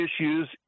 issues